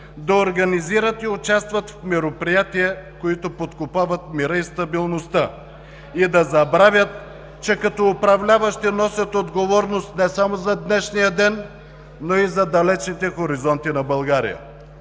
да организират и участват в мероприятия, които подкопават мира и стабилността и да забравят, че като управляващи носят отговорност не само за днешния ден, но и за далечните хоризонти на България.